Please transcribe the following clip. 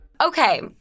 Okay